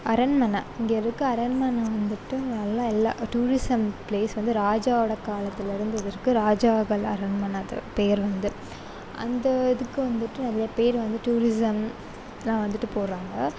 அரண்மனை இங்கே இருக்க அரண்மனை வந்துவிட்டு நல்லா இல்லை டூரிஸம் ப்ளேஸ் வந்து ராஜா ஓட காலத்தில் இருந்து இருக்கு ராஜாகள் அரண்மனை அது பெயர் வந்து அந்த இதுக்கு வந்துட்டு நிறையா பேர் வந்து டூரிஸம்லாம் வந்துவிட்டு போறாங்க